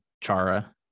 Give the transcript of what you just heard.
Chara